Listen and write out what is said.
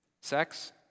sex